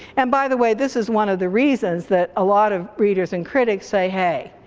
and by the way, this is one of the reasons that a lot of readers and critics say hey,